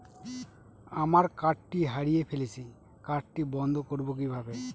আমার কার্ডটি হারিয়ে ফেলেছি কার্ডটি বন্ধ করব কিভাবে?